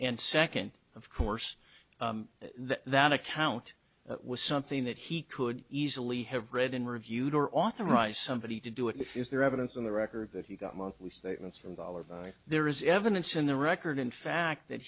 and second of course that that account was something that he could easily have read in reviewed or authorized somebody to do it is there evidence on the record that he got monthly statements from dollar there is evidence in the record in fact that